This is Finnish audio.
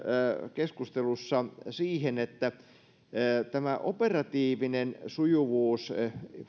keskustelussa siihen että operatiivinen sujuvuus